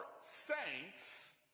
saints